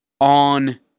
on –